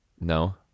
No